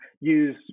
use